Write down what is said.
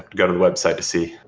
to go to the website to see.